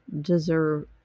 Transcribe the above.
deserve